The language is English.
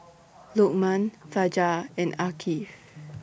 Lokman Fajar and Afiq